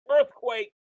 earthquake